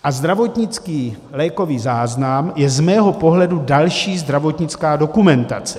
A zdravotnický lékový záznam je z mého pohledu další zdravotnická dokumentace.